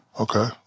Okay